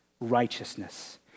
righteousness